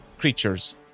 creatures